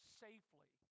safely